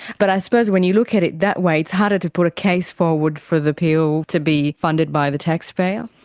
but i suppose when you look at it that way it's harder to put a case forward for the pill to be funded by the taxpayer.